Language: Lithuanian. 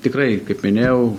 tikrai kaip minėjau